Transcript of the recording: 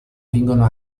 vengono